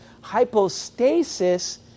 Hypostasis